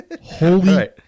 Holy